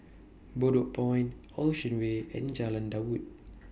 Bedok Point Ocean Way and Jalan Daud